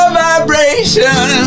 vibration